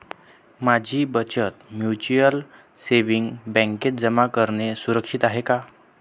माझी बचत mutual savings बँकेत जमा करणे सुरक्षित आहे का